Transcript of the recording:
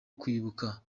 kwibuka